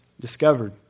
discovered